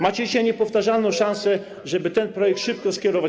Macie dzisiaj niepowtarzalną szansę, żeby ten projekt szybko skierować.